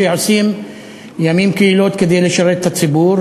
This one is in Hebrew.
שעושים לילות כימים כדי לשרת את הציבור,